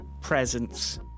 presents